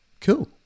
Cool